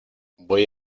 voy